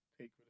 take